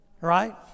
Right